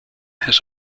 his